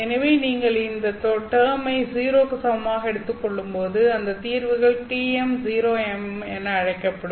எனவே நீங்கள் இந்த டெர்மை 0 க்கு சமமாக எடுத்துக் கொள்ளும்போது அந்த தீர்வுகள் TM0m என அழைக்கப்படும்